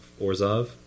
Orzov